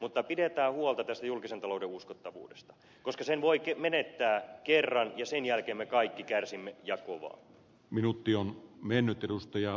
mutta pidetään huolta tästä julkisen talouden uskottavuudesta koska sen voi menettää kerran ja sen jälkeen me kaikki kärsimme ja kovaa